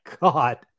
God